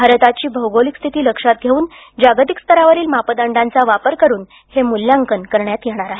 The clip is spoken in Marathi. भारताची भौगोलिक स्थिती लक्षात घेऊन जागतिक स्तरावरील मापदंडांचा वापर करुन हे मूल्यांकन करण्यात येणार आहे